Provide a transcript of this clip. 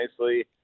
nicely